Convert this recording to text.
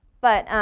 but